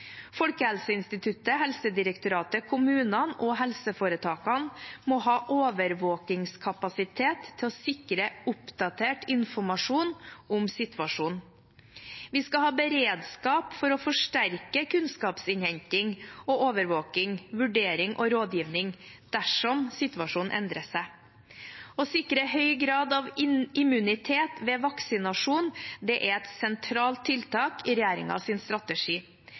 Folkehelseinstituttet, Helsedirektoratet, kommunene og helseforetakene må ha overvåkningskapasitet til å sikre oppdatert informasjon om situasjonen. Vi skal ha beredskap for å forsterke kunnskapsinnhenting og overvåkning, vurdering og rådgivning dersom situasjonen endrer seg. Å sikre høy grad av immunitet ved vaksinasjon er et sentralt tiltak i regjeringens strategi.